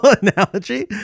analogy